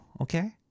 okay